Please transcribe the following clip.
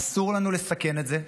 אסור לנו לסכן את זה.